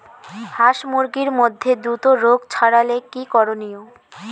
হাস মুরগির মধ্যে দ্রুত রোগ ছড়ালে কি করণীয়?